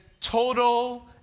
total